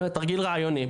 באמת תרגיל רעיוני,